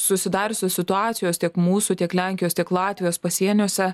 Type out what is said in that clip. susidariusios situacijos tiek mūsų tiek lenkijos tiek latvijos pasieniuose